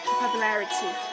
popularity